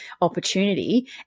opportunity